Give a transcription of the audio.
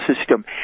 system